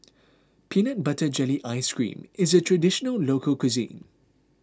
Peanut Butter Jelly Ice Cream is a Traditional Local Cuisine